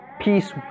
peace